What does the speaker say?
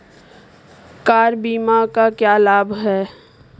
Car बीमा का क्या लाभ है?